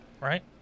Right